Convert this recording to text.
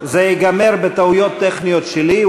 זה ייגמר בטעויות טכניות שלי.